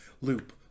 loop